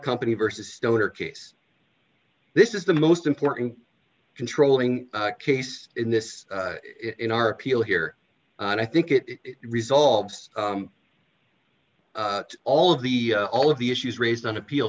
company versus stoner case this is the most important controlling case in this in our appeal here and i think it resolves all of the all of the issues raised on appeal